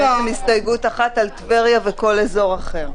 בעצם הסתייגות אחת על טבריה וכל אזור אחר.